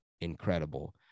incredible